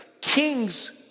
Kings